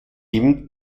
eben